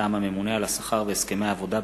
מטעם הכנסת: הצעת חוק הבחירות לכנסת (תיקון מס' 58),